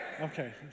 Okay